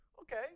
okay